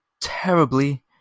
terribly